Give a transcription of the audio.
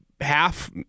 half